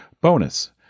bonus